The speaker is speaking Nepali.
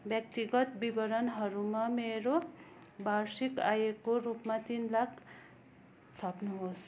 व्यक्तिगत विवरणहरूमा मेरो वार्षिक आयको रूपमा तिन लाख थप्नुहोस्